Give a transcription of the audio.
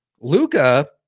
Luca